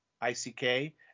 I-C-K